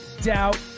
doubt